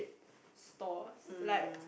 store like